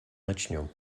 начнем